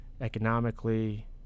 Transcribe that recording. economically